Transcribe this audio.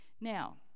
Now